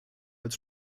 als